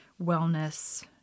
wellness